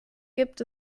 gibt